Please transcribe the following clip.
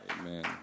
Amen